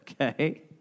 Okay